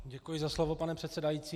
Děkuji za slovo, pane předsedající.